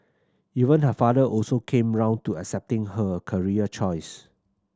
even her father also came round to accepting her career choice